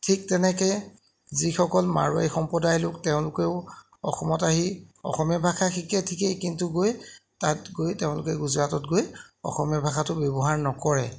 ঠিক তেনেকৈ যিসকল মাৰোৱাৰী সম্প্রদায় লোক তেওঁলোকেও অসমত আহি অসমীয়া ভাষা শিকে ঠিকেই কিন্তু গৈ তাত গৈ তেওঁলোকে গুজৰাটত গৈ অসমীয়া ভাষাটো ব্যৱহাৰ নকৰে